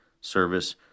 service